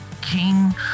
king